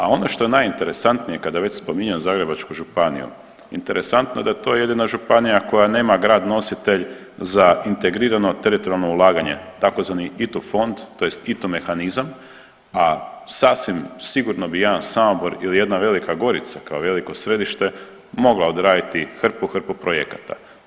A ono što je najinteresantnije kada već spominjem Zagrebačku županiju interesantno da je to jedina županija koja nema grad nositelj za integrirano teritorijalno ulaganje tzv. ITU fond tj. ITU mehanizam, sasvim sigurno bi jedan Samobor ili jedna Velika Gorica kao veliko središte mogla odraditi hrpu, hrpu projekata.